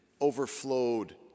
overflowed